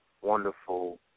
wonderful